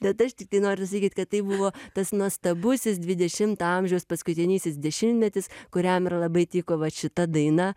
bet aš tiktai noriu sakyt kad tai buvo tas nuostabusis dvidešimto amžiaus paskutinysis dešimtmetis kuriam ir labai tiko vat šita daina